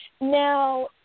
Now